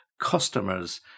customers